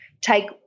take